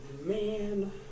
man